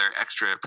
extra